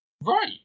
Right